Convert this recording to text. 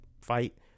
fight